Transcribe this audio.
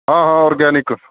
ਹਾਂ ਹਾਂ ਔਰਗੈਨਿਕ